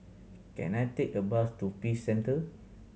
can I take a bus to Peace Centre